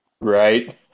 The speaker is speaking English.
Right